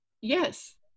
yes